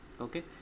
okay